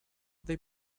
they